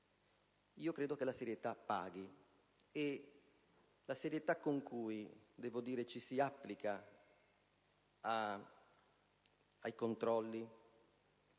Io credo che la serietà paghi: la serietà con cui ci si applica ai controlli e, in